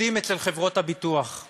עובדים אצל חברות הביטוח;